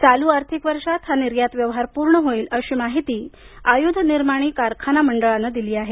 चालू आर्थिक वर्षात हा निर्यात व्यवहार पूर्ण होईल अशी माहिती आयुध निर्माणी कारखाना मंडळानं दिली आहे